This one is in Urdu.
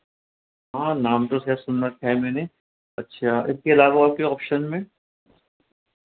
ہاں نام تو سر سن رکھا ہے میں نے اچھا اس کے علاوہ اور کیا آپشن میں